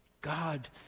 God